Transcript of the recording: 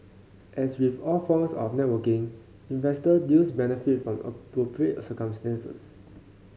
as with all forms of networking investor deals benefit from appropriate circumstances